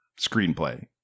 screenplay